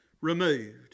removed